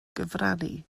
gyfrannu